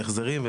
בהחזרים.